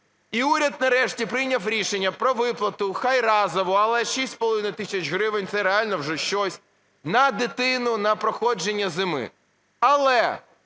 І уряд, нарешті, прийняв рішення про виплату, хай разову, але 6,5 тисячі гривень, це реально вже щось, на дитину на проходження зими. Але